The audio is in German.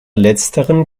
letzteren